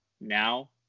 now